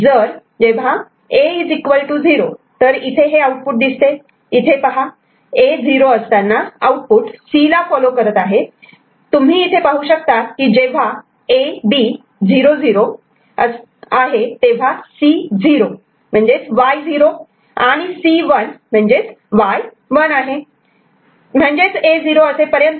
जर जेव्हा A 0 तर इथे हे आउटपुट दिसते इथे पहा A '0' असताना आउटपुट C ला फॉलो करते तुम्ही इथे पाहू शकतात की जेव्हा A B 0 0 आहे तेव्हा C 0 Y 0 C 1 Y 1 म्हणजे A झिरो असेपर्यंत